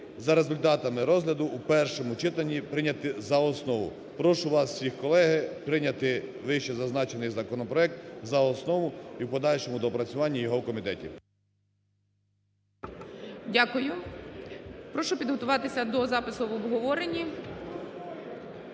за результатами розгляду у першому читанні прийняти за основу. Прошу вас всіх, колеги, прийняти вищезазначений законопроект за основу і в подальшому доопрацювання його в комітеті. ГОЛОВУЮЧИЙ. Дякую. Прошу підготуватися до запису в обговоренні.